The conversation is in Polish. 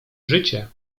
życie